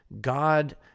God